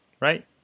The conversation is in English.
right